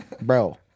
Bro